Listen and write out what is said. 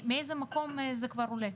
מאיזה מקום זה כבר עולה?